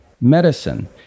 medicine